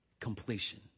completion